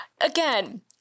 Again